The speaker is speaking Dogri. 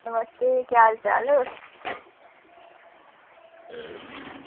नमस्ते केह् हाल चाल